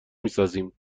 میسازیم